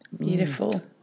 Beautiful